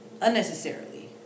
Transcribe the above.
Unnecessarily